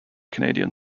canadian